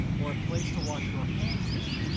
or a place to wash your hands in,